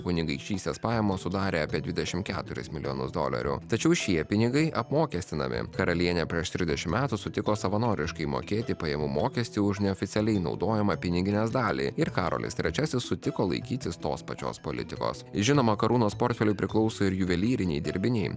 kunigaikštystės pajamos sudarė apie dvidešim keturis milijonus dolerių tačiau šie pinigai apmokestinami karalienė prieš trisdešim metų sutiko savanoriškai mokėti pajamų mokestį už neoficialiai naudojamą piniginės dalį ir karolis trečiasis sutiko laikytis tos pačios politikos žinoma karūnos portfeliui priklauso ir juvelyriniai dirbiniai